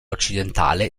occidentale